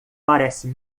parece